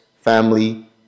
family